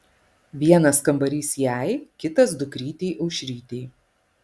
vienas kambarys jai kitas dukrytei aušrytei